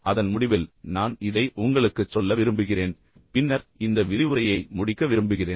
அதன் முடிவில் நான் இதை உங்களுக்குச் சொல்ல விரும்புகிறேன் பின்னர் இந்த விரிவுரையை முடிக்க விரும்புகிறேன்